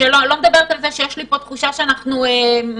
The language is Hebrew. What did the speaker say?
אני מדברת על פגיעה אנושה בכלכלת העיר על כל חלקיה,